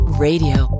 Radio